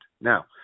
Now